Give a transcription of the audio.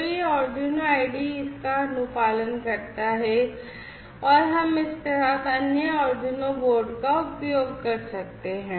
तो यह Arduino IDE इसका अनुपालन करता है और हम इस के साथ अन्य Arduino बोर्ड का उपयोग कर सकते हैं